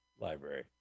library